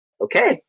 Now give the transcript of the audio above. Okay